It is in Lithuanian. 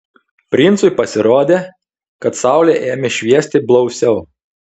princui pasirodė kad saulė ėmė šviesti blausiau